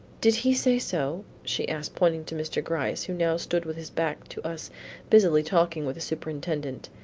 did he say so? she asked, pointing to mr. gryce who now stood with his back to us busily talking with the superintendent.